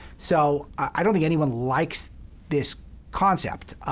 so i don't think anyone likes this concept.